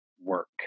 work